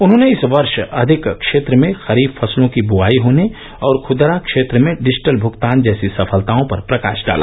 उन्होंने इस वर्ष अधिक क्षेत्र में खरीफ फसलों की बुवाई होने और खदरा क्षेत्र में डिजिटल भगतान जैसी सफलताओं पर प्रकाश डाला